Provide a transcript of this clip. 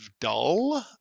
dull